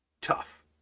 Tough